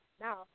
Now